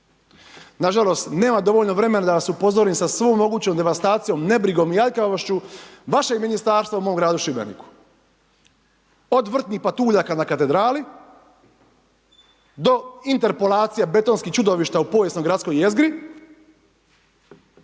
Nažalost, nema dovoljno vremena da vas upozorim sa svom mogućom devastacijom, nebrigom i aljkavošću vašeg Ministarstva u mom gradu Šibeniku. Od vrtnih patuljaka na katedrali, do interpolacija betonskih čudovišta u povijesnoj gradskoj jezgri,